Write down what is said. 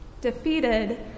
defeated